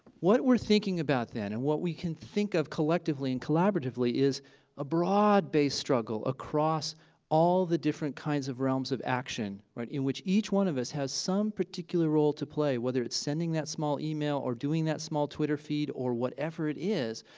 what we're thinking about then and what we can think of collectively and collaboratively is a broad-based struggle across all the different kinds of realms of action in which each one of us has some particular particular role to play, whether it's sending that small email or doing that small twitter feed or whatever it is,